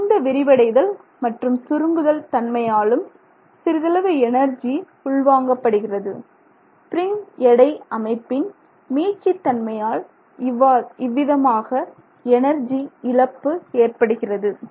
இந்த விரிவடைதல் மற்றும் சுருங்குதல் தன்மையாலும் சிறிதளவு எனர்ஜி உள் வாங்கப்படுகிறது ஸ்பிரிங் எடை அமைப்பின் மீட்சி தன்மையால் இவ்விதமாக எனர்ஜி இழப்பு ஏற்படுகிறது